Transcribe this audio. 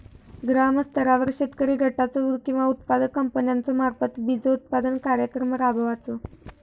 ग्रामस्तरावर शेतकरी गटाचो किंवा उत्पादक कंपन्याचो मार्फत बिजोत्पादन कार्यक्रम राबायचो?